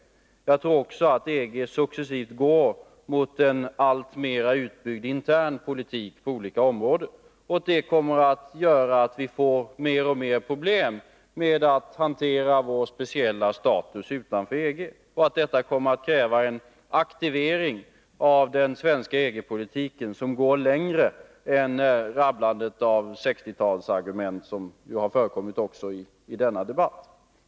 Jag tror också att EG successivt går mot en alltmera utbyggd intern politik på olika områden. Detta kommer att göra att vi får mer och mer problem med att hantera vår speciella status utanför EG, och det kommer att kräva en aktivering av den svenska EG-politiken som går längre än rabblandet av 1960-talsargument, vilket ju har förekommit också i denna debatt.